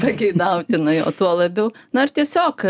pageidautina o tuo labiau na ir tiesiog